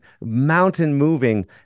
mountain-moving